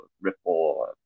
Ripple